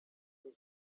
uko